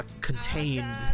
contained